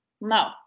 no